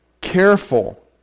careful